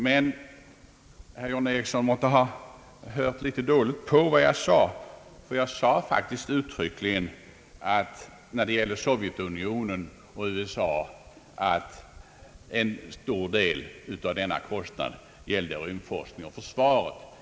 Han måtte emellertid ha hört litet dåligt på vad jag sade. Jag sade uttryckligen, att när det gäller USA så låg en del av kostnaden på rymdforskningen och på forskning för försvaret.